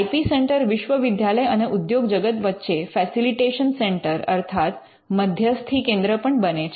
I P centre વિશ્વવિદ્યાલય અને ઉદ્યોગ જગત વચ્ચે ફસિલિટેશન સેન્ટર અર્થાત મધ્યસ્થી કેન્દ્ર પણ બને છે